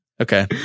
Okay